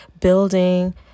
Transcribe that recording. building